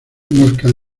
moscas